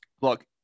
look